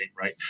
right